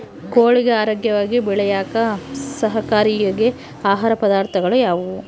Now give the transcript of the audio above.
ಕೋಳಿಗೆ ಆರೋಗ್ಯವಾಗಿ ಬೆಳೆಯಾಕ ಸಹಕಾರಿಯಾಗೋ ಆಹಾರ ಪದಾರ್ಥಗಳು ಯಾವುವು?